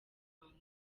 rwanda